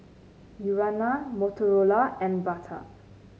Urana Motorola and Bata